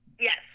Yes